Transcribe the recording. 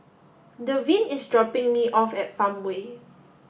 Devyn is dropping me off at Farmway